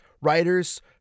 writers